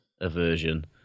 aversion